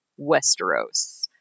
Westeros